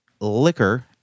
liquor